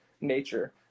nature